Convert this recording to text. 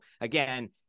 again